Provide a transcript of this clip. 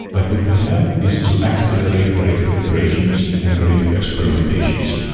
like what we have is to accelerate the rate of iterations and the rate of experimentations,